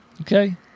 Okay